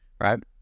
right